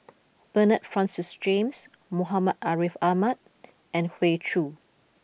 Bernard Francis James Muhammad Ariff Ahmad and Hoey Choo